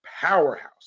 powerhouse